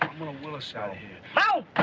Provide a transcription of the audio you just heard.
gonna will us outta here.